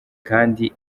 kandi